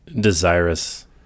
desirous